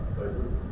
places.